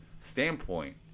standpoint